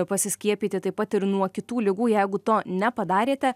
pasiskiepyti taip pat ir nuo kitų ligų jeigu to nepadarėte